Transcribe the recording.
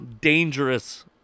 dangerous